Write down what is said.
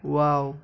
wow